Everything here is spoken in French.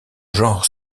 genre